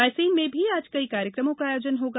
रायसेन में भी आज कई कार्यकमों का आयोजन होगा